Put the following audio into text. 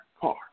car